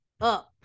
up